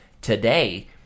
today